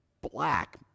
black